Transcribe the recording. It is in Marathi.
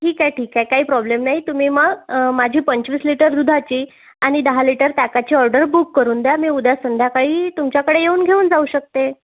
ठीक आहे ठीक आहे काही प्रॉब्लेम नाही तुम्ही मग माझी पंचवीस लिटर दुधाची आणि दहा लिटर ताकाची ऑर्डर बुक करून द्या मी उद्या संध्याकाळी तुमच्याकडे येऊन घेऊन जाऊ शकते